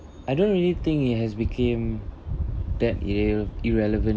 I didn't really think it has became that irr~ irrelevant